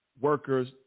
workers